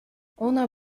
ona